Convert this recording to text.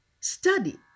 study